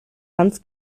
hanf